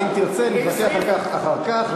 ואם תרצה נתווכח על כך אחר כך.